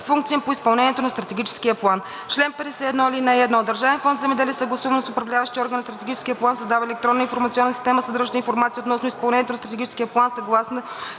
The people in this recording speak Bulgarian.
функции по изпълнението на Стратегическия план.